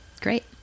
great